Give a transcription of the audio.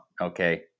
okay